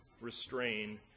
restrain